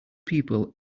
people